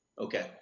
Okay